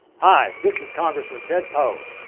hi, this is congressman ted poe.